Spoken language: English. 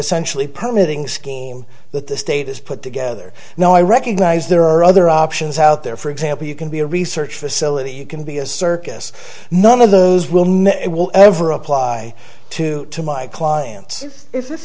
essentially permitting scheme that the state is put together now i recognize there are other options out there for example you can be a research facility you can be a circus none of those will never ever apply to to my clients i